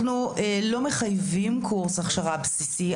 אנחנו לא מחייבים בקורס הכשרה בסיסי,